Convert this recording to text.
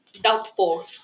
Doubtful